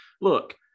Look